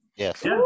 Yes